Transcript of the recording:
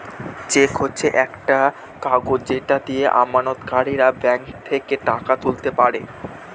check হচ্ছে একটা কাগজ যেটা দিয়ে আমানতকারীরা ব্যাঙ্ক থেকে টাকা তুলতে পারে